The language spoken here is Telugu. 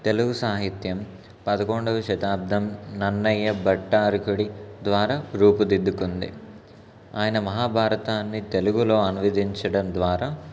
తెలుగు సాహిత్యం పదకొండవ శతాబ్దం నన్నయ్య భట్టారకుడి ద్వారా రూపుదిద్దుకుంది ఆయన మహాభారతాన్ని తెలుగులో అనువదించడం ద్వారా